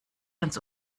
ganz